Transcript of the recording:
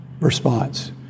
response